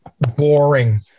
boring